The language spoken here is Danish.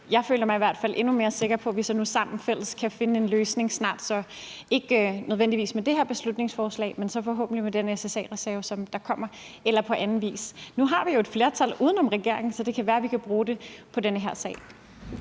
mig i hvert fald endnu mere sikker på, at vi i fællesskab kan finde en løsning snart. Det bliver ikke nødvendigvis i forbindelse med det her beslutningsforslag, men så forhåbentlig i forbindelse med den SSA-reserve, der kommer, eller på anden vis. Nu har vi jo et flertal uden om regeringen, så det kan være, at vi kan bruge det i den her sag.